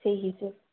সেই হিসেব